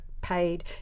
paid